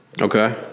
okay